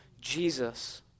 Jesus